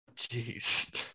Jeez